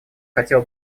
хотела